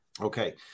Okay